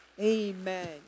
Amen